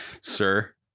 sir